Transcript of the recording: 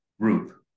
group